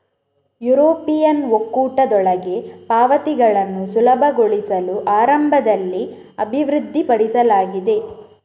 European ಒಕ್ಕೂಟದೊಳಗೆ ಪಾವತಿಗಳನ್ನು ಸುಲಭಗೊಳಿಸಲು ಆರಂಭದಲ್ಲಿ ಅಭಿವೃದ್ಧಿಪಡಿಸಲಾಗಿದೆ